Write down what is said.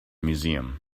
museum